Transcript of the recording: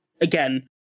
Again